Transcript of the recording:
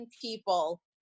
people